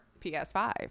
PS5